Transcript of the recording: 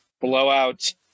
blowout